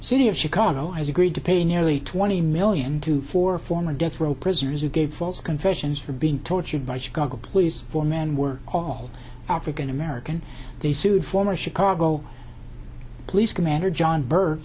city of chicago as agreed to pay nearly twenty million to four former death row prisoners who gave false confessions for being tortured by chicago police four men were all african american they sued former chicago police commander john b